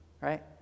right